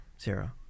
Zero